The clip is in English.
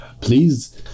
please